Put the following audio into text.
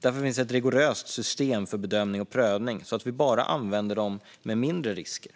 Därför finns det ett rigoröst system för bedömning och prövning - vi använder bara de med mindre risker.